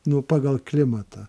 nu pagal klimatą